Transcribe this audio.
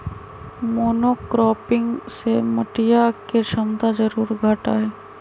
monocropping से मटिया के क्षमता जरूर घटा हई